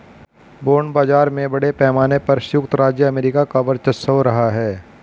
bond बाजार में बड़े पैमाने पर सयुक्त राज्य अमेरिका का वर्चस्व रहा है